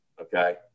Okay